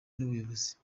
n’ubuyobozi